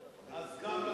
אז גם,